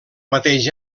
mateix